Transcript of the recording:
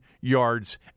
yards